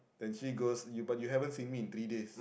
then she goes you but you haven't seen me in three days